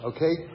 Okay